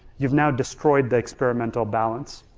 you've now destroyed the experimental balance.